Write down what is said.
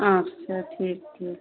अच्छा ठीक ठीक